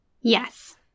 Yes